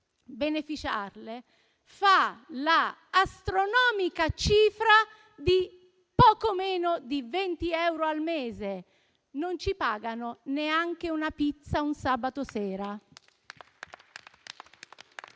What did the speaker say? beneficiarne, fa l'astronomica cifra di poco meno di 20 euro al mese: non ci si paga neanche una pizza il sabato sera.